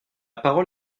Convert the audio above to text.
parole